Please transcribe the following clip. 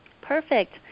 Perfect